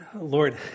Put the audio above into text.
Lord